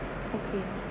okay